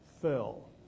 fell